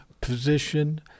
position